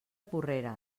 porreres